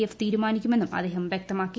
F തീരുമാനിക്കുമെന്നും അദ്ദേഹം വ്യക്തമാക്കി